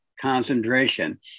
concentration